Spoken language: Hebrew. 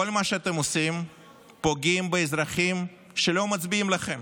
כל מה שאתם עושים הוא לפגוע באזרחים שלא מצביעים לכם.